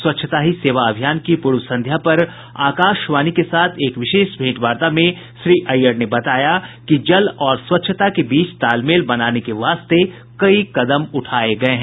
स्वच्छता ही सेवा अभियान की पूर्व संध्या पर आकाशवाणी के साथ एक विशेष भेंटवार्ता में श्री अय्यर ने बताया कि जल और स्वच्छता के बीच तालमेल बनाने के वास्ते कई कदम उठाए गए हैं